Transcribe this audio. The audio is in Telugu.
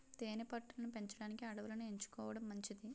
తేనె పట్టు లను పెంచడానికి అడవులను ఎంచుకోవడం మంచిది